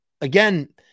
again